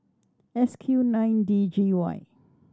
S Q nine D G Y